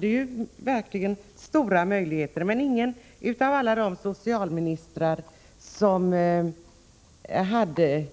Det fanns verkligen stora möjligheter, men ingen av alla de socialministrar som hade